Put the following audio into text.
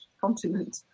continent